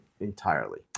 entirely